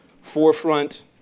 forefront